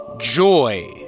joy